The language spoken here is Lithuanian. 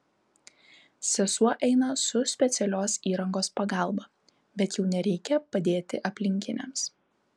sesuo eina su specialios įrangos pagalba bet jau nereikia padėti aplinkiniams